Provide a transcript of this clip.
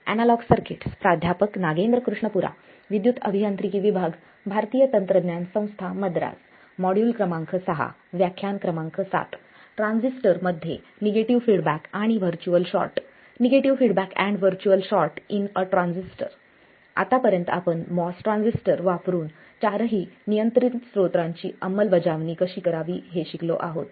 आतापर्यंत आम्ही MOS transistor वापरुन चारही नियंत्रण स्रोतांची अंमलबजावणी कशी करावी हे शिकलो आहोत